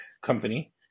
Company –